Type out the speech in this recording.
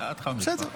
בסדר.